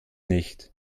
nicht